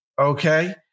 okay